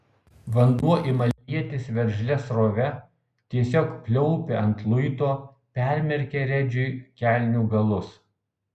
vanduo ima lietis veržlia srove tiesiog pliaupia ant luito permerkia redžiui kelnių galus